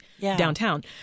downtown